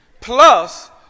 plus